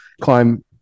climb